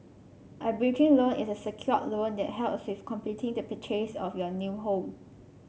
a bridging loan is a secured loan that helps with completing the purchase of your new home